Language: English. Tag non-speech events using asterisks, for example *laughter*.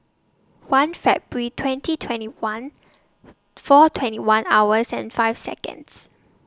one February twenty twenty one *noise* four twenty one hours and five Seconds